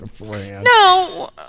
no